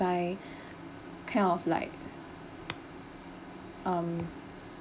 by kind of like um